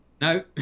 No